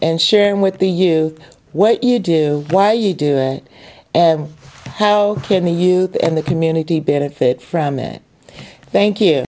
and sharing with the you what you do why you do it and how can we you and the community benefit from it thank you